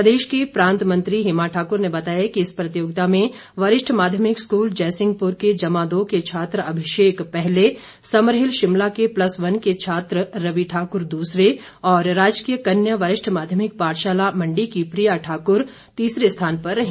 प्रदेश की प्रांत मंत्री हेमा ठाकुर ने बताया कि इस प्रतियोगिता में वरिष्ठ माध्यमिक स्कूल जयसिंहपुर के जमा दो के छात्र अभिषेक पहले समरहिल शिमला के प्लस वन के छात्र रवि ठाकुर दूसरे और राजकीय कन्या वरिष्ठ माध्यमिक पाठशाला मंडी की प्रिया ठाकुर तीसरे स्थान पर रहीं